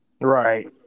Right